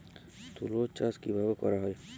তুলো চাষ কিভাবে করা হয়?